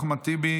אחמד טיבי,